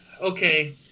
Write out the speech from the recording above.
okay